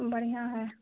बढ़िऑं है